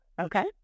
Okay